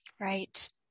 Right